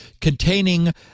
containing